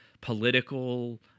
political